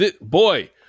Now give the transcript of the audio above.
boy